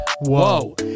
Whoa